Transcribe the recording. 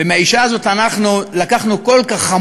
ומהאישה הזאת אנחנו לקחנו כל כך,